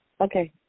Okay